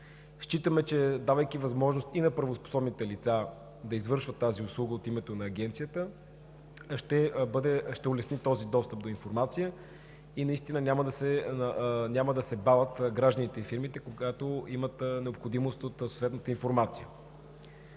Считаме, че давайки възможност и на правоспособните лица да извършват тази услуга от името на Агенцията, ще се улесни този достъп до информация и наистина няма да се бавят гражданите и фирмите, когато имат необходимост от съответната информация.